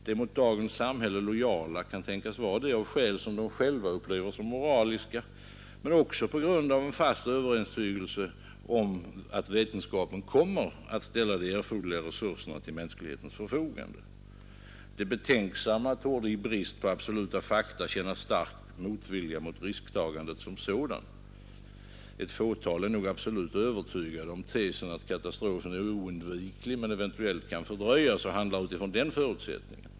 De mot dagens samhälle lojala kan tänkas vara det av skäl som de själva upplever som moraliska men också på grund av en fast övertygelse om att vetenskapen kommer att ställa de erforderliga resurserna till mänsklighetens förfogande. De betänksamma torde i brist på absoluta fakta känna stark motvilja mot risktagandet som sådant. Ett fåtal är nog absolut övertygade om tesen att katastrofen är oundviklig men eventuellt kan fördröjas och handlar utifrån den förutsättningen.